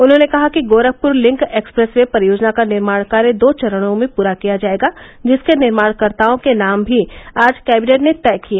उन्होंने कहा कि गोरखपुर लिंक एक्सप्रेस वे परियोजना का निर्माण कार्य दो चरणों में पूरा किया जाएगा जिसके निर्माणकर्ताओं के नाम भी आज कैबिनेट ने तय किए